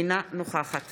אינה נוכחת